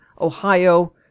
Ohio